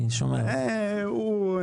יש נכונות...